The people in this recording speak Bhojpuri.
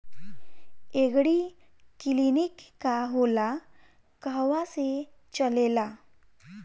एगरी किलिनीक का होला कहवा से चलेँला?